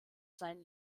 seinen